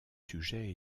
sujets